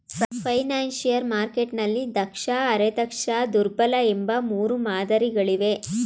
financial ಮಾರ್ಕೆಟ್ನಲ್ಲಿ ದಕ್ಷ, ಅರೆ ದಕ್ಷ, ದುರ್ಬಲ ಎಂಬ ಮೂರು ಮಾದರಿ ಗಳಿವೆ